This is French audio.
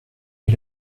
est